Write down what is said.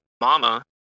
Mama